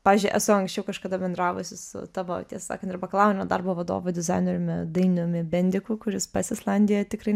pavyzdžiui esu anksčiau kažkada bendravusi su tavo tiesą sakant ir bakalaurinio darbo vadovu dizaineriumi dainiumi bendiku kuris pats islandijoje tikrai